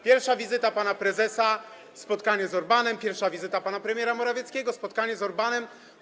Pierwsza wizyta pana prezesa - spotkanie z Orbánem, pierwsza wizyta pana premiera Morawieckiego - spotkanie z Orbánem.